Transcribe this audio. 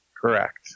Correct